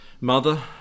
mother